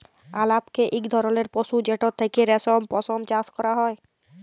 আলাপকে ইক ধরলের পশু যেটর থ্যাকে রেশম, পশম চাষ ক্যরা হ্যয়